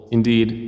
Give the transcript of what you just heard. indeed